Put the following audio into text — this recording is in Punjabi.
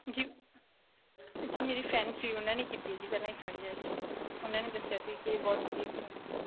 ਜੀ ਅਕਚੂਲੀ ਮੇਰੀ ਫਰੈਂਡ ਸੀ ਉਹਨਾਂ ਨੇ ਕੀਤੀ ਸੀ ਪਹਿਲਾਂ ਇੱਥੇ ਆਈਲੈਟਸ ਉਹਨਾਂ ਨੇ ਦੱਸਿਆ ਸੀ ਕਿ ਬਹੁਤ ਵਧੀਆ ਕਰਾਉਂਦੇ ਆ